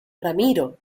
ramiro